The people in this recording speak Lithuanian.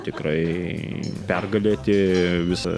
tikrai pergalėti visas